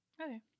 Okay